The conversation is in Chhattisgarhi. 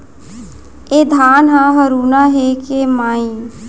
ए धान ह हरूना हे के माई?